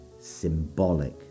symbolic